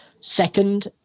second